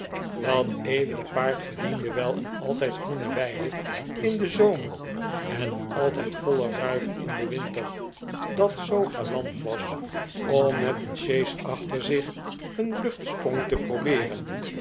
dat edele paard verdiende wel een altijd groene weide in den zomer en een altijd voile ruif in den winter dat zoo galant was om met een sjees achter zich een luchtsprong te probeeren